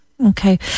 Okay